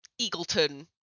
Eagleton